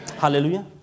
Hallelujah